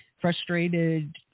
frustrated